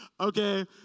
Okay